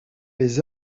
les